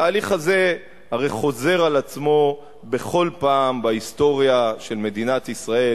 התהליך הזה הרי חוזר על עצמו בכל פעם בהיסטוריה של מדינת ישראל,